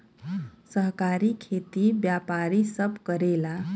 सहकारी खेती व्यापारी सब करेला